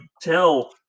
tell